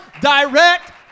direct